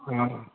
অঁ